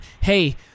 hey